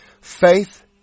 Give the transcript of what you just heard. Faith